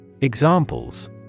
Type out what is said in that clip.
Examples